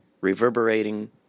reverberating